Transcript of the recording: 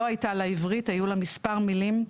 לא דיברה עברית אלא מספר מילים.